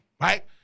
right